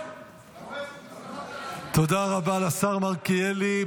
תודה רבה לשר מלכיאלי.